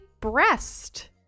breast